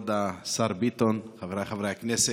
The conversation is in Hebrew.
כבוד השר ביטון, חבריי חברי הכנסת,